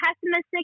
pessimistic